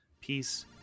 Peace